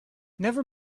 never